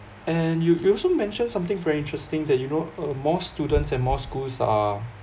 and you you also mentioned something very interesting that you know uh more students and more schools are